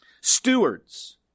Stewards